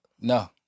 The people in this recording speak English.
No